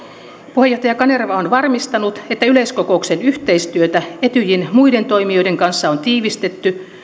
puheenjohtaja kanerva on varmistanut että yleiskokouksen yhteistyötä etyjin muiden toimijoiden kanssa on tiivistetty